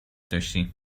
داشتیم